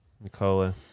Nicola